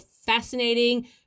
fascinating